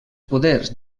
poders